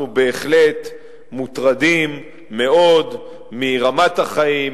אנחנו בהחלט מוטרדים מאוד מרמת החיים,